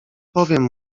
powiem